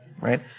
right